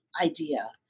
idea